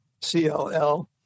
CLL